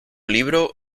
libro